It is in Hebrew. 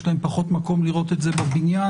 יש להם פחות מקום לראות את זה בבניין.